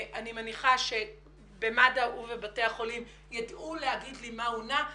אני מניחה שבמד"א ובבתי החולים ידעו לומר לי מה הונע.